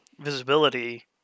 visibility